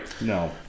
No